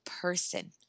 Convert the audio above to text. person